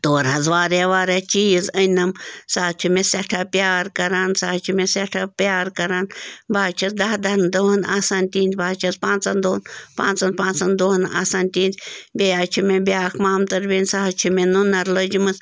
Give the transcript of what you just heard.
تورٕ حظ واریاہ واریاہ چیٖز أننہِ نَم سۄ حظ چھِ مےٚ سٮ۪ٹھاہ پیار کَران سۄ حظ چھِ مےٚ سٮ۪ٹھاہ پیار کَران بہٕ حظ چھَس دَہ دَہَن دۄہَن آسان تِہِنٛدِ بہٕ حظ چھَس پانٛژَن دۄہَن پانٛژَن پانٛژَن دۄہَن آسان تِہِنٛد بیٚیہِ حظ چھِ مےٚ بیٛاکھ مامتٕر بیٚنہِ سۄ حظ چھِ مےٚ نُنَر لٔجمٕژ